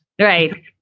Right